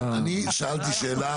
אני שאלתי שאלה.